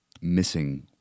missing